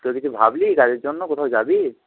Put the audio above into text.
তো কিছু ভাবলি কাজের জন্য কোথাও যাবি